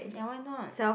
ya why not